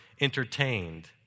entertained